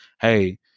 hey